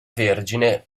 vergine